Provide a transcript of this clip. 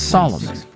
Solomon